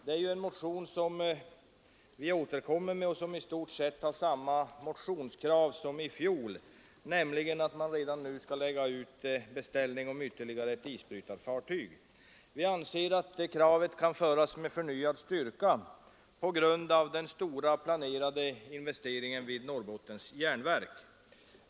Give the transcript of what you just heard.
Det är en motion som vi återkommer med och som i stort sett har samma krav som motionen i fjol, nämligen att man redan nu skall lägga ut en beställning på ytterligare ett isbrytarfartyg. Vi anser att det kravet kan föras fram med förnyad styrka på grund av den stora planerade investeringen vid Norrbottens järnverk.